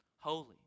Holy